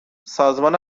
سازمان